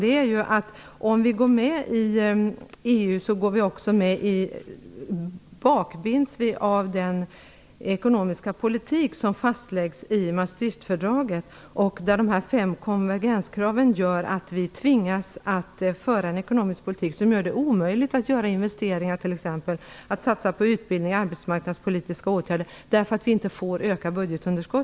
Problemet är att om vi går med i EU bakbinds vi av den ekonomiska politik som fastläggs I Maastrichtfördraget, där de fem konvergenskraven gör att vi tvingas att föra en ekonomisk politik som gör det omöjligt att göra investeringar, att satsa på utbildning och arbetsmarknadspolitiska åtgärder. Budgetunderskottet får ju inte ökas.